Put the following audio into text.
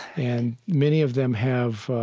and many of them have